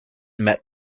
met